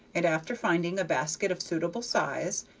and after finding a basket of suitable size,